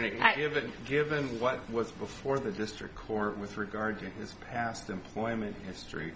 haven't given what was before the district court with regard to his past employment history